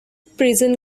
prison